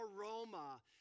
aroma